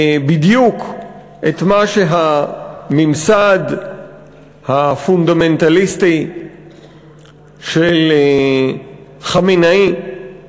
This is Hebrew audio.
בדיוק את מה שהממסד הפונדמנטליסטי של חמינאי היה מעוניין